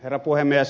herra puhemies